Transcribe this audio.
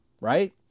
right